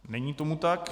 Není tomu tak.